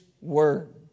word